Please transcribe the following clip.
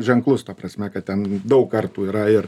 ženklus ta prasme kad ten daug kartų yra ir